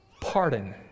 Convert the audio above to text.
pardon